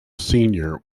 senior